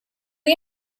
you